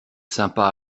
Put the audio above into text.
sympa